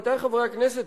עמיתי חברי הכנסת,